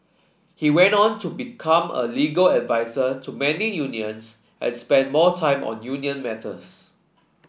he went on to become a legal advisor to many unions and spent more time on union matters